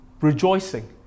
rejoicing